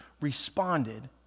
responded